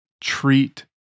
treat